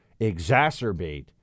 exacerbate